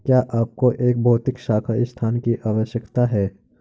क्या आपको एक भौतिक शाखा स्थान की आवश्यकता है?